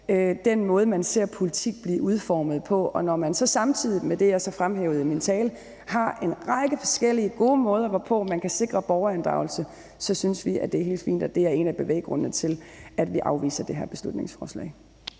den måde, man ser politik blive udformet på. Når man så samtidig med det, som jeg også fremhævede i min tale, har en række forskellige gode måder, hvorpå man kan sikre borgerinddragelse, synes vi, det er helt fint, og det er en af bevæggrundene til, at vi afviser det her beslutningsforslag.